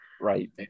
right